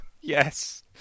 yes